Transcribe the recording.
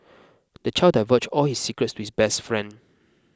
the child divulged all his secrets to his best friend